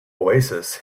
oasis